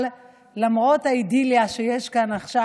אבל למרות האידיליה שיש כאן עכשיו,